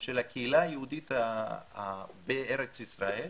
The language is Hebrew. של הקהילה היהודית בארץ ישראל